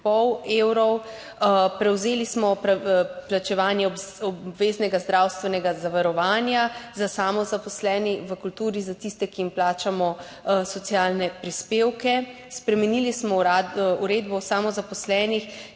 evrov. Prevzeli smo plačevanje obveznega zdravstvenega zavarovanja za tiste samozaposlene v kulturi, ki jim plačamo socialne prispevke, spremenili smo Uredbo o samozaposlenih,